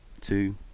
two